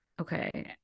okay